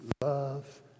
Love